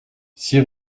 six